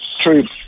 true